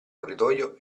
corridoio